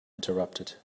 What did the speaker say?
interrupted